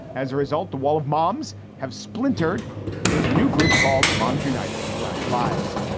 as a result, the wall of moms have splintered, and there is a new group called moms united for black lives.